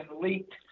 leaked